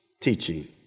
teaching